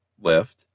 left